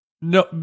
No